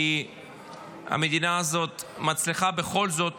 כי המדינה הזאת מצליחה בכל זאת